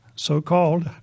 so-called